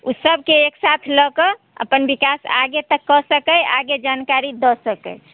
उ सभके एक साथ लअ कऽ अपन विकास आगे तक कऽ सकै आगे जानकारी दऽ सकै